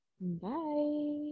Bye